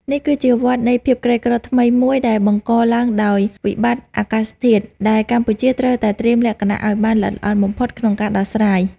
នេះគឺជាវដ្តនៃភាពក្រីក្រថ្មីមួយដែលបង្កឡើងដោយវិបត្តិអាកាសធាតុ ដែលកម្ពុជាត្រូវតែត្រៀមលក្ខណៈឱ្យបានល្អិតល្អន់បំផុតក្នុងការដោះស្រាយ។